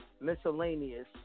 miscellaneous